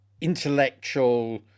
intellectual